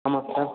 ஆமாம் சார்